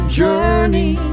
journey